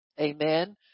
amen